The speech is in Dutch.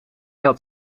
had